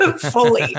fully